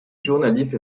journaliste